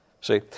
See